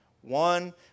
one